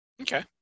okay